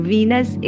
Venus